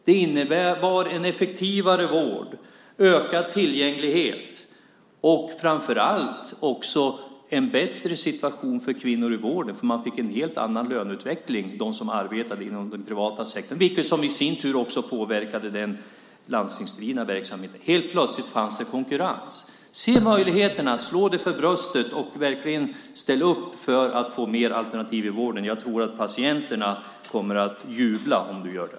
Det innebar en effektivare vård, ökad tillgänglighet och framför allt en bättre situation för kvinnor i vården som fick en helt annan löneutveckling, de som arbetade inom den privata sektorn. Det i sin tur påverkade den landstingsdriva verksamheten. Helt plötsligt fanns det konkurrens. Se möjligheterna, slå dig för bröstet och ställ verkligen upp för att få fler alternativ inom vården. Jag tror att patienterna kommer att jubla om du gör det.